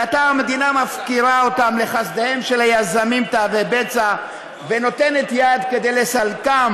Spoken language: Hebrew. ועתה המדינה מפקירה אותם לחסדיהם של יזמים תאבי בצע ונותנת יד לסילוקם